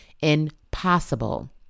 impossible